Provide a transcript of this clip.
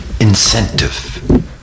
incentive